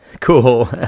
Cool